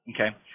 Okay